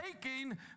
taking